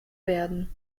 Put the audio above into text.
werden